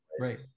right